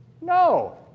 No